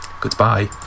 goodbye